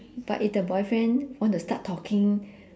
but if the boyfriend want to start talking